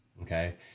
okay